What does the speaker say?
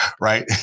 Right